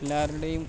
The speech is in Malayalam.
എല്ലാവരുടെയും